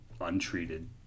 untreated